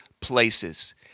places